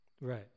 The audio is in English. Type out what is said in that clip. right